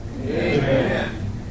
Amen